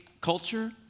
culture